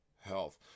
health